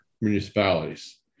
municipalities